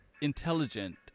intelligent